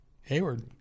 Hayward